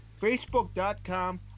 Facebook.com